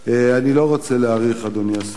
אני לא רוצה להאריך, אדוני השר,